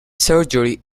surgery